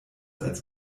als